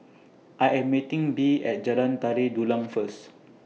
I Am meeting Bea At Jalan Tari Dulang First